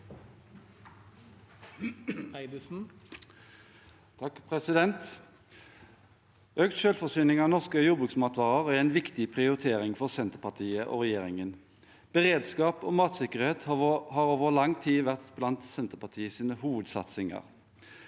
Økt selvforsyning av norske jordbruks- og matvarer er en viktig prioritering for Senterpartiet og regjeringen. Beredskap og matsikkerhet har over lang tid vært blant Senterpartiets hovedsatsinger.